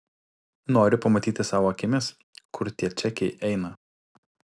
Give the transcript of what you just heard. noriu pamatyti savo akimis kur tie čekiai eina